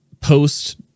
post